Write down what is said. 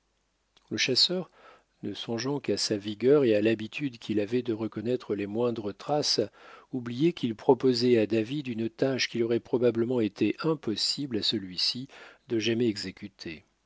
le chasseur ne songeant qu'à sa vigueur et à l'habitude qu'il avait de reconnaître les moindres traces oubliait qu'il proposait à david une tâche qu'il aurait probablement été impossible à celui-ci de jamais exécuter